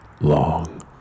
long